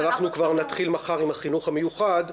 אז אנחנו כבר נתחיל מחר עם החינוך המיוחד.